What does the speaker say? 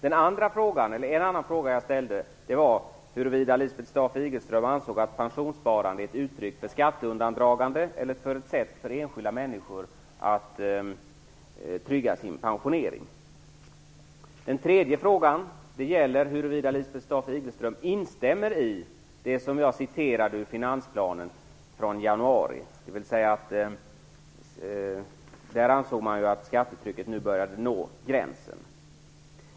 En andra fråga som jag ställde var huruvida Lisbeth Staaf-Igelström ansåg att pensionssparandet är ett uttryck för skatteundandragande eller ett sätt för enskilda människor att trygga sin pensionering. Den tredje frågan gäller huruvida Lisbeth Staaf Igelström instämmer i det som jag citerade ur finansplanen från i januari. Där ansåg man ju att skattetrycket nu började nå gränsen.